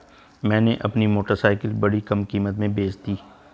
मैंने अपनी मोटरसाइकिल बड़ी कम कीमत में बेंच दी